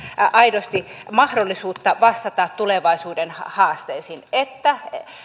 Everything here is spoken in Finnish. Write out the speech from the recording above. aidosti mahdollisuutta vastata tulevaisuuden haasteisiin että